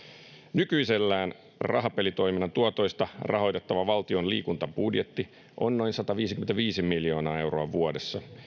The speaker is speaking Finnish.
nykyisellään rahapelitoiminnan tuotoista rahoitettava valtion liikuntabudjetti on noin sataviisikymmentäviisi miljoonaa euroa vuodessa